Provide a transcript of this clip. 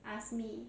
ask me